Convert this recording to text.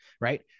right